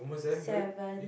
seven